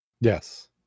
yes